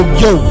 yo